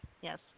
yes